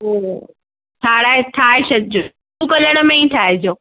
ठाराए ठाहे छॾिजो ब्लू कलर में ई ठाहिजो